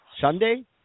Sunday